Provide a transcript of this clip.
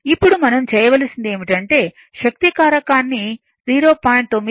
ఇప్పుడు మనం చేయవలసింది ఏమిటంటే శక్తి కారకాన్ని 0